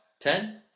Ten